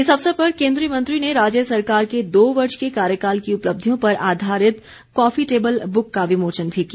इस अवसर पर केन्द्रीय मंत्री ने राज्य सरकार के दो वर्ष के कार्यकाल की उपलब्धियों पर आधारित कॉफी टेबल बुक का विमोचन भी किया